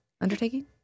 Undertaking